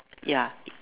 ya